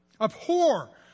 Abhor